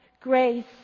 grace